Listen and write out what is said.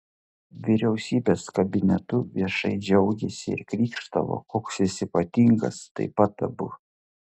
vyriausybės kabinetu viešai džiaugėsi ir krykštavo koks jis ypatingas taip pat abu